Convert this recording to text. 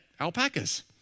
alpacas